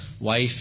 wife